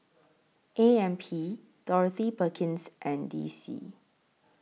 A M P Dorothy Perkins and D C